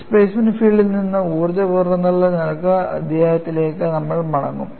displacement ഫീൽഡിൽ നിന്ന് ഊർജ്ജ പുറന്തള്ളൽ നിരക്ക് അധ്യായത്തിലേക്ക് നമ്മൾ മടങ്ങും